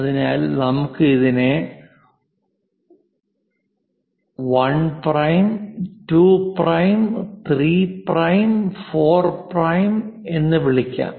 അതിനാൽ നമുക്ക് ഇതിനെ 1 പ്രൈം 2 പ്രൈം 3 പ്രൈം 4 പ്രൈം എന്ന് വിളിക്കാം